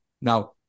Now